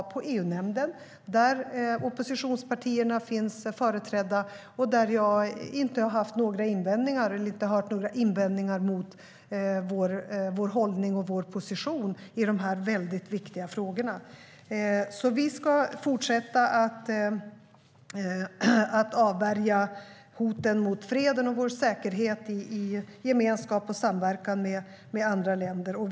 Där finns oppositionspartierna företrädda, och jag har inte hört några invändningar mot vår hållning och vår position i de här mycket viktiga frågorna. Vi ska i gemenskap och samverkan med andra länder fortsätta att avvärja hoten mot freden och vår säkerhet.